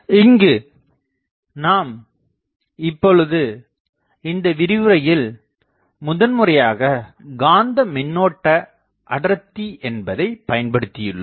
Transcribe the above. இங்கு நாம் இப்பொழுது இந்த விரிவுரையில் முதன்முறையாகக் காந்த மின்னோட்ட அடர்த்தி என்பதைப் பயன்படுத்தியுள்ளோம்